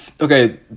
okay